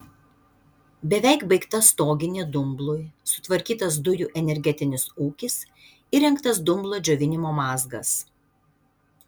beveik baigta stoginė dumblui sutvarkytas dujų energetinis ūkis įrengtas dumblo džiovinimo mazgas